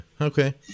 Okay